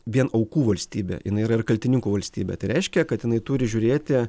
vien aukų valstybė jinai yra ir kaltininkų valstybė tai reiškia kad jinai turi žiūrėti